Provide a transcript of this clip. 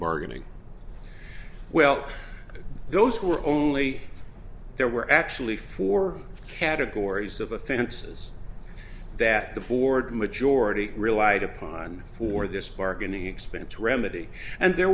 bargaining well those were only there were actually four categories of offenses that the ford majority relied upon for this marketing expense remedy and there